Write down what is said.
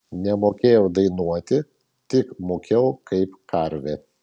nemokėjau dainuoti tik mūkiau kaip karvė